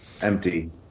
empty